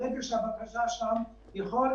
אני חושב שאנחנו מקבלים, לפחות